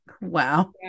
wow